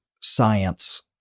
science